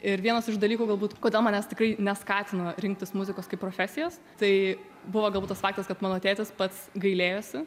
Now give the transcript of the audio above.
ir vienas iš dalykų galbūt kodėl manęs tikrai neskatino rinktis muzikos kaip profesijos tai buvo galbūt tas faktas kad mano tėtis pats gailėjosi